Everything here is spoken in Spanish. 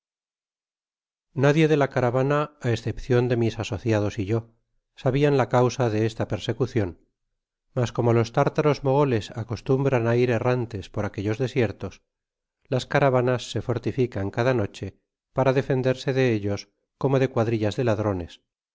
nadie de la caravana á escepcion de mis asociados y yo sabian la causa de esta persecucion mas como los tártaros mogoles acostumbran á ir errantes por aquellos desiertos las caravanas se fortifican cada xmhe para defenderse de ellos como de cuadrillas de ladrones